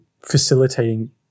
facilitating